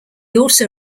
also